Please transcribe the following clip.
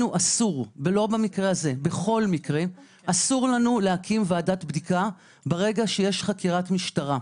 לנו אסור בכל מקרה להקים ועדת בדיקה ברגע שיש חקירת משטרה.